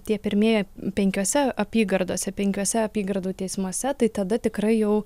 tie pirmieji penkiose apygardose penkiuose apygardų teismuose tai tada tikrai jau